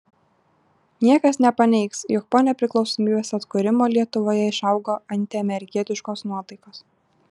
niekas nepaneigs jog po nepriklausomybės atkūrimo lietuvoje išaugo antiamerikietiškos nuotaikos